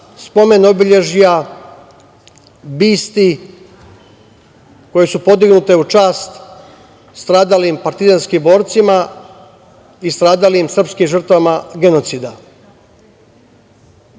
spomen obeležja, bisti koje su podignute u čast stradalim partizanskim borcima i stradalim srpskim žrtvama genocida. Šta